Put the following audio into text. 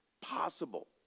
possible